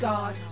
God